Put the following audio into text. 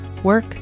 Work